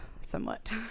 somewhat